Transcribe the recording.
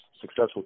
successful